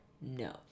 No